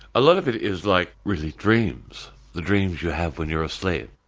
a lot of it is like really dreams, the dreams you have when you're asleep,